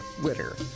Twitter